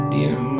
Dear